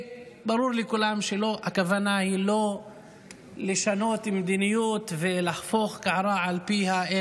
ברור לכולם שהכוונה היא לא לשנות מדיניות ולהפוך קערה על פיה,